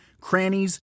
crannies